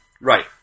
right